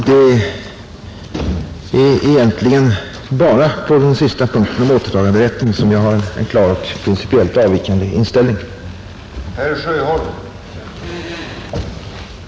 Det är egentligen bara på den sista punkten om återtaganderätten som jag har en klart principiellt avvikande inställning till reservanterna och känt ett behov av att säga ifrån,